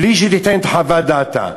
בלי שתיתן את חוות דעתה.